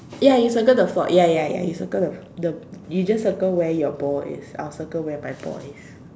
ya you circle the fault ya ya ya you circle the f~ the you just circle where your ball is I'll circle where my ball is